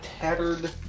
tattered